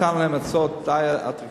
הצענו להן הצעות אטרקטיביות.